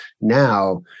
now